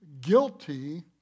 guilty